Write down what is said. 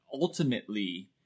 ultimately